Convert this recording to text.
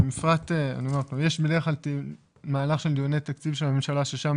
ובפרט יש בדרך כלל מהלך של דיוני תקציב הממשלה ששם